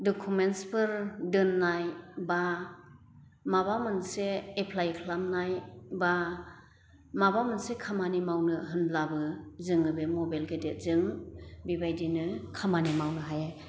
दकुमेन्ट्सफोर दोन्नाय बा माबा मोनसे एप्लाइ खालामनाय बा माबा मोनसे खामानि मावनो होनब्लाबो जोङो बे मबेल गेदेदजों बिबायदिनो खामानि मावनो हायो